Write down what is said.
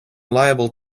liable